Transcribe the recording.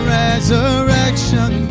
resurrection